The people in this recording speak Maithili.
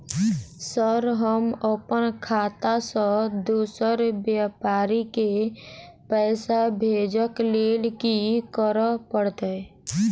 सर हम अप्पन खाता सऽ दोसर व्यापारी केँ पैसा भेजक लेल की करऽ पड़तै?